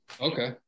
Okay